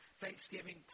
Thanksgiving